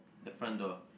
the front door